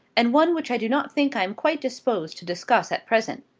and one which i do not think i am quite disposed to discuss at present.